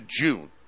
June